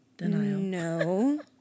no